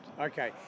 Okay